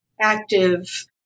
active